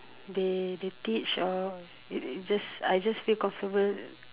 they they teach or it it just I just feel comfortable